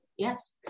Yes